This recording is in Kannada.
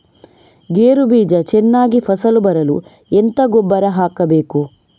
ಗೇರು ಬೀಜ ಚೆನ್ನಾಗಿ ಫಸಲು ಬರಲು ಎಂತ ಗೊಬ್ಬರ ಹಾಕಬೇಕು?